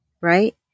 right